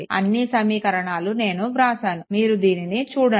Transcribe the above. అన్నీ సమీకరణాలు నేను వ్రాసాను మీరు దీనిని చూడండి